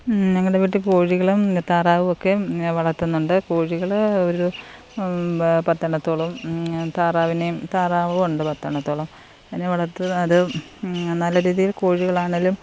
ഞങ്ങളുടെ വീട്ടിൽ കോഴികളും താറാവും ഒക്കെ വളർത്തുന്നുണ്ട് കോഴികള് ഒരു പത്തെണ്ണത്തോളവും താറാവിനേയും താറാവും ഉണ്ട് പത്തെണ്ണത്തോളം അതിനെ വളർത്തി അത് നല്ല രീതിൽ കോഴികളാണെങ്കിലും